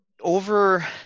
over